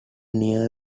near